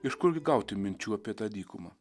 iš kurgi gauti minčių apie tą dykumą